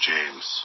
James